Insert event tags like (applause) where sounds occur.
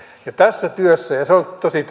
ja se on tosi (unintelligible)